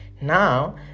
now